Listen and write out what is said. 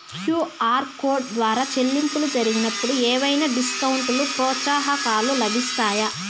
QR code ద్వారా చెల్లింపులు జరిగినప్పుడు ఏవైనా డిస్కౌంట్ లు, ప్రోత్సాహకాలు లభిస్తాయా?